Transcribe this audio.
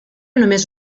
només